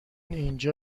اینجا